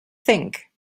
think